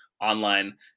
online